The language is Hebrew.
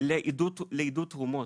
לעידוד תרומות.